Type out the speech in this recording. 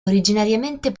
originariamente